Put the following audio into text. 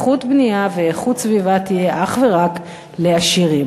איכות בנייה ואיכות סביבה תהיה אך ורק לעשירים.